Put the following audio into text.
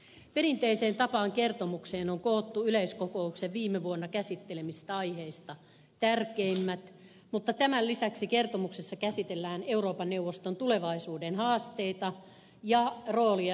perinteiseen tapaan kertomukseen on koottu yleiskokouksen viime vuonna käsittelemistä aiheista tärkeimmät mutta tämän lisäksi kertomuksessa käsitellään euroopan neuvoston tulevaisuuden haasteita ja roolia eurooppalaisessa järjestelmässä